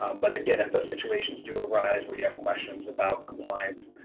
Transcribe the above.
um but again, if those situations do arise where you have questions about compliance,